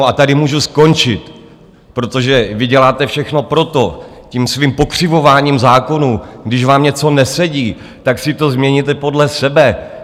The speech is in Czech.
A tady můžu skončit, protože vy děláte všechno pro to tím svým pokřivováním zákonů, když vám něco nesedí, tak si to změníte podle sebe.